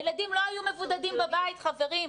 הילדים לא היו מבודדים בבית, חברים.